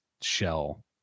shell